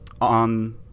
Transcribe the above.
on